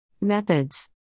Methods